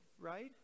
right